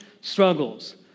struggles